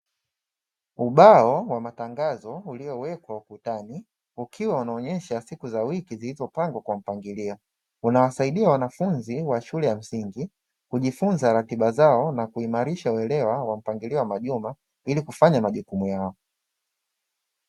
Ubao wa matangazo uliowekwa ukutani ukiwa unaonyesha siku za wiki zilizopangwa kwa mpangilio, unawasaidia wanafunzi wa shule ya mzingi kujifunza ratiba zao na kuimarisha uelewa wa mpangilio wa majuma ili kufanya majukumu yao.